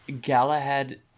Galahad